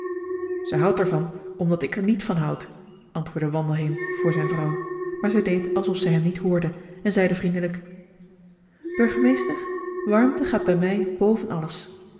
zij houdt er van omdat ik er niet van houd antwoordde wandelheem voor zijn vrouw maar zij deed alsof zij hem niet hoorde en zeide vriendelijk burgemeester warmte gaat bij mij boven alles